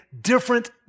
different